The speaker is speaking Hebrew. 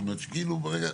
זאת אומרת, הבנו.